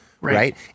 right